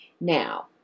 Now